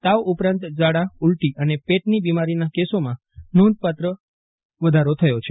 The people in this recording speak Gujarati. તાવ ઉપરાંત ઝાડા ઊલટી અને પેટની બીમારીના કેસોમાં નોંધપાત્ર વધારી થયો છે